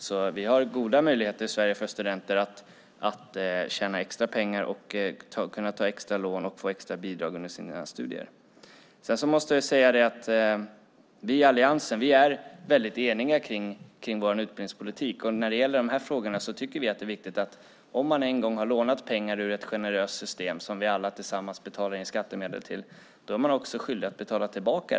Vi har alltså goda möjligheter för studenter i Sverige att tjäna extra pengar, kunna ta extra lån och få extra bidrag under sina studier. Jag måste säga att vi i Alliansen är väldigt eniga kring vår utbildningspolitik, och när det gäller dessa frågor tycker vi att det är viktigt att man om man en gång har lånat pengar ur ett generöst system som vi alla tillsammans betalar in skattemedel till också är skyldig att betala tillbaka.